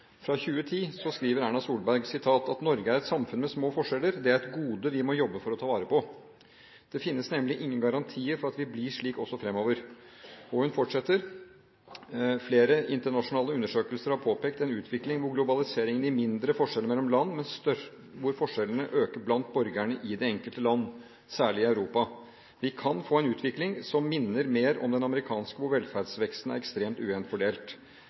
fra 2010 skriver Erna Solberg: «Norge er et samfunn med små forskjeller, det er et gode vi må jobbe for å ta vare på. Det finnes nemlig ingen garantier for at det vil bli slik fremover. Flere internasjonale undersøkelser har påpekt en utvikling hvor globaliseringen gir mindre forskjeller mellom land, men hvor forskjellene øker blant borgerne i det enkelte land – særlig i Europa. Vi kan få en utvikling som minner mer om den amerikanske, hvor velstandsveksten er ekstremt